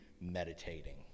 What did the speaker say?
meditating